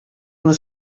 and